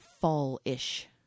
fall-ish